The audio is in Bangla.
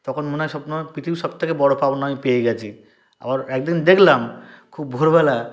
তখন মনে হয় হয় সব নয় পৃথিবীর সবথেকে বড়ো পাওনা আমি পেয়ে গেছি আবার একদিন দেখলাম খুব ভোরবেলা